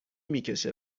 میکشه